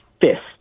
fist